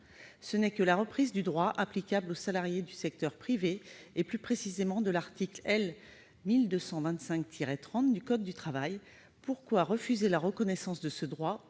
Ce n'est là que la reprise du droit applicable aux salariés du secteur privé et, plus précisément, de l'article L. 1225-30 du code du travail. Pourquoi refuser la reconnaissance de ce droit